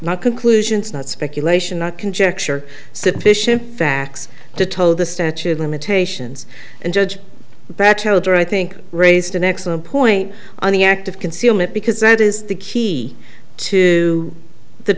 not conclusions not speculation not conjecture sufficient facts to toe the statute of limitations and judge batchelder i think raised an excellent point on the active concealment because that is the key to the